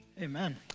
Amen